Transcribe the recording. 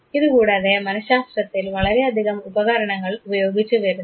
ഇതുകൂടാതെ മനഃശാസ്ത്രത്തിൽ വളരെയധികം ഉപകരണങ്ങൾ ഉപയോഗിച്ചുവരുന്നു